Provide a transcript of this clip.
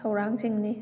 ꯊꯧꯔꯥꯡꯁꯤꯡꯅꯤ